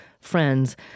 friends